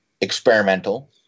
experimental